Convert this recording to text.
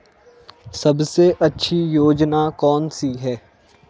सबसे अच्छी योजना कोनसी है?